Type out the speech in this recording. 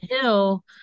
Hill